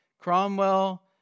Cromwell